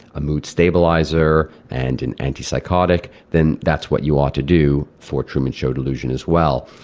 a mood stabiliser and an antipsychotic, then that's what you ought to do for truman show delusion as well.